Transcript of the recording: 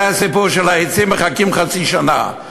זה הסיפור של העצים, מחכים חצי שנה.